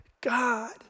God